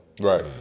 Right